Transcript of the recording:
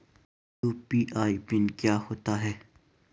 UPI PIN क्या होता है?